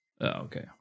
okay